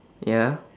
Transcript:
ya